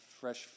fresh